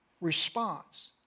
response